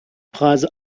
preise